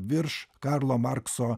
virš karlo markso